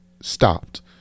stopped